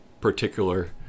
particular